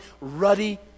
ruddy